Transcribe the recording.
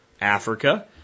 Africa